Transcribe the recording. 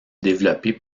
développée